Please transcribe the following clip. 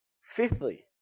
Fifthly